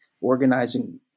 organizing